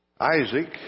Isaac